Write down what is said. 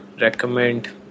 recommend